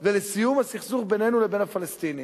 ולסיום הסכסוך בינינו לבין הפלסטינים.